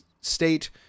State